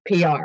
PR